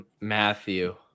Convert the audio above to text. Matthew